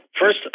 first